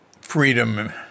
freedom